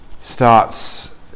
starts